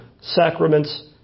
sacraments